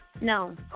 No